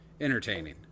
entertaining